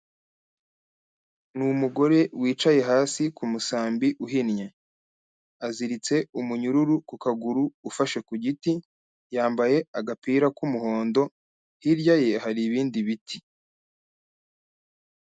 Ni umugore wicaye hasi ku musambi uhinnye, aziritse umunyururu ku kaguru ufashe ku giti, yambaye agapira k'umuhondo, hirya ye hari ibindi bit